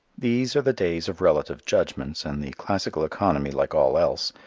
these are the days of relative judgments and the classical economy, like all else,